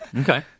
Okay